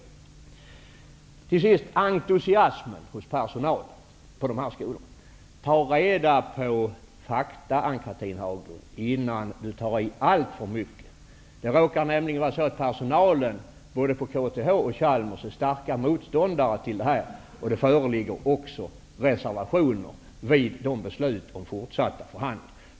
Vad till sist gäller entusiasmen hos personalen hos dessa skolor vill jag uppmana Ann-Cathrine Haglund att ta reda på fakta innan hon tar i alltför mycket. Personalen är både på KTH och på Chalmers stark motståndare till reformen. Den har också avgett reservationer till besluten om fortsatta förhandlingar.